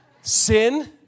Sin